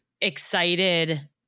excited